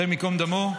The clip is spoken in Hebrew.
השם ייקום דמו.